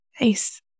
Nice